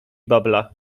babla